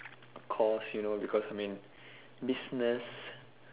course you know because I'm in business